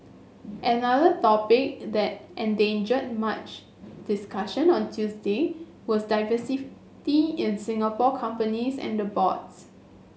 another topic that engendered much discussion on Tuesday was diversity in Singapore companies and boards